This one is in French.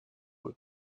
eux